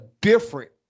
different